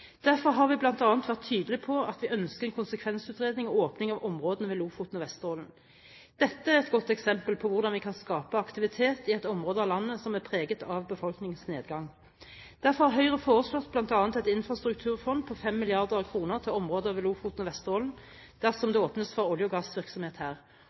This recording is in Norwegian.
Derfor har vi bl.a. vært tydelige på at vi ønsker en konsekvensutredning og åpning av områdene ved Lofoten og Vesterålen. Dette er et godt eksempel på hvordan vi kan skape aktivitet i et område av landet som er preget av befolkningsnedgang. Derfor har Høyre foreslått bl.a. et infrastrukturfond på 5 mrd. kr til områder ved Lofoten og Vesterålen dersom det åpnes for olje- og gassvirksomhet her,